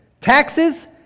taxes